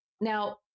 Now